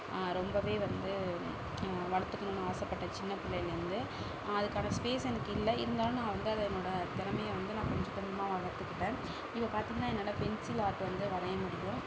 ரொம்பவே வந்து வளர்த்துக்கணுனு ஆசைப்பட்டேன் சின்ன பிள்ளைலேந்து அதுக்கான ஸ்பேஸ் எனக்கு இல்லை இருந்தாலும் நான் வந்து அதை என்னோட திறமையை வந்து நான் கொஞ்சம் கொஞ்சமாக வளர்த்துக்கிட்டேன் இப்போ பார்த்தீங்னா என்னால் பென்சில் ஆர்ட் வந்து வரைய முடியும்